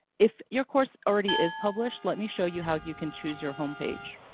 if your course already is published, let me show you how you can choose your home page.